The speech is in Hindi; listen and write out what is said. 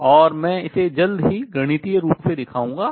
और मैं इसे जल्द ही गणितीय रूप से दिखाऊंगा